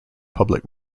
public